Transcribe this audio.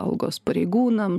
algos pareigūnams